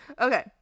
Okay